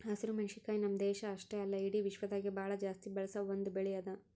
ಹಸಿರು ಮೆಣಸಿನಕಾಯಿ ನಮ್ಮ್ ದೇಶ ಅಷ್ಟೆ ಅಲ್ಲಾ ಇಡಿ ವಿಶ್ವದಾಗೆ ಭಾಳ ಜಾಸ್ತಿ ಬಳಸ ಒಂದ್ ಬೆಳಿ ಅದಾ